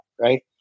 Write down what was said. right